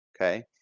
okay